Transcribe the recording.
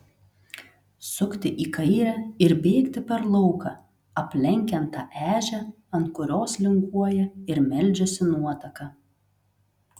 sukti į kairę ir bėgti per lauką aplenkiant tą ežią ant kurios linguoja ir meldžiasi nuotaka